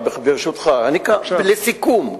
ברשותך: לסיכום,